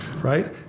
right